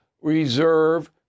reserve